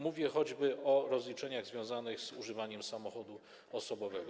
Mówię choćby o rozliczeniach związanych z używaniem samochodu osobowego.